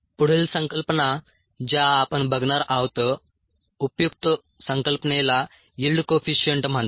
पुढील संकल्पना ज्या आपण बघणार आहोत उपयुक्त संकल्पनेला यिल्ड कोइफिशिअंट म्हणतात